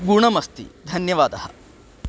गुणमस्ति धन्यवादः